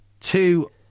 two